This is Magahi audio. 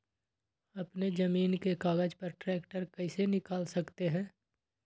अपने जमीन के कागज पर ट्रैक्टर कैसे निकाल सकते है?